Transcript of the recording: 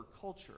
culture